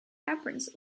appearance